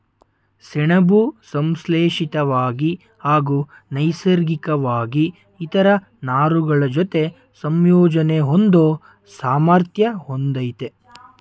ಸೆಣಬು ಸಂಶ್ಲೇಷಿತ್ವಾಗಿ ಹಾಗೂ ನೈಸರ್ಗಿಕ್ವಾಗಿ ಇತರ ನಾರುಗಳಜೊತೆ ಸಂಯೋಜನೆ ಹೊಂದೋ ಸಾಮರ್ಥ್ಯ ಹೊಂದಯ್ತೆ